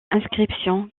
inscriptions